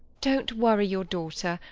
don't worry your daughter.